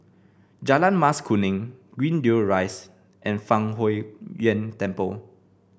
Jalan Mas Kuning Greendale Rise and Fang Huo Yuan Temple